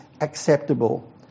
acceptable